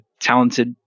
talented